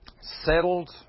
settled